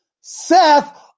Seth